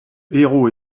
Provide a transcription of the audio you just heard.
héros